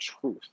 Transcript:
truth